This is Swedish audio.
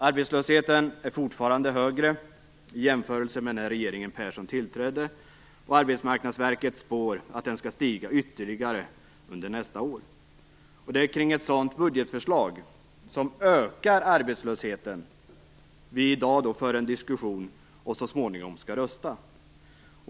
Arbetslösheten är fortfarande högre i jämförelse med när regeringen Persson tillträdde, och Arbetsmarknadsverket spår att den skall stiga ytterligare under nästa år. Det är kring ett sådant budgetförslag - som ökar arbetslösheten - vi i dag för en diskussion och så småningom skall rösta.